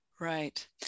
Right